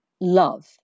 love